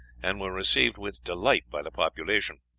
and were received with delight by the population.